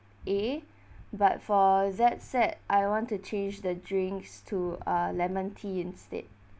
A but for that set I want to change the drinks to uh lemon tea instead